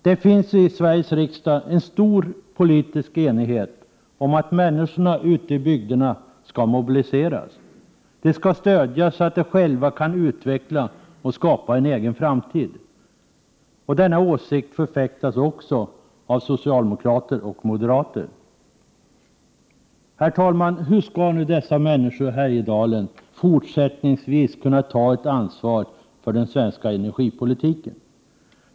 Det råder i Sveriges riksdag stor politisk enighet om att människorna ute i bygderna skall mobiliseras. De skall stödjas så att de själva kan utveckla och skapa en egen framtid. Denna åsikt förfäktas även av socialdemokrater och moderater. Herr talman! Hur skall dessa människor i Härjedalen fortsättningsvis kunna ta ett ansvar för den svenska energipolitiken?